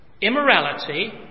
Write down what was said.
immorality